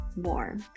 more